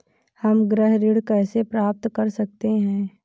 हम गृह ऋण कैसे प्राप्त कर सकते हैं?